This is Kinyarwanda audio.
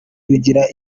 rugira